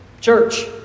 Church